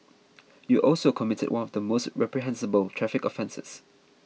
you also committed one of the most reprehensible traffic offences